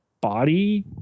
body